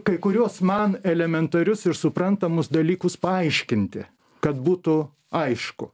kai kuriuos man elementarius ir suprantamus dalykus paaiškinti kad būtų aišku